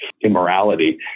immorality